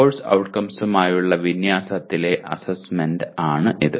course ഔട്ട്കംസുമായുള്ള വിന്യാസത്തിലെ assessment ആണ് അത്